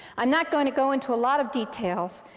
i'm not going to go into a lot of details.